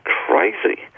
crazy